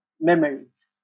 memories